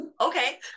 Okay